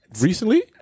recently